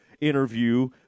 interview